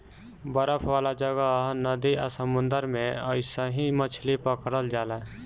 बरफ वाला जगह, नदी आ समुंद्र में अइसही मछली पकड़ल जाला